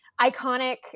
iconic